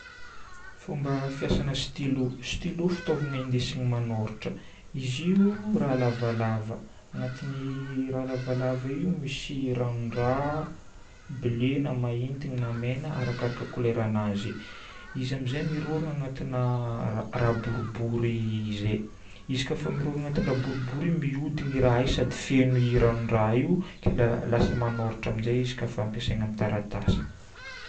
Fomba fiasana stylo. Stylo fitaovagna indesigna manoratra. Izy io raha lavalava. Agnatin'io raha lavalava io misy ranon-draha bleu na mahinty na mena, arakaraka couleurnazy. Izy amin'izay miroro agnatina raha boribory izay. Izy koafa miroro agnatin-draha boribory igny mihodigna raha io sady feno ranon-draha io, lasa manoratra amin'izay izy kafa ampiasaigna amin'ny taratasy.